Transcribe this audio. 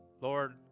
Lord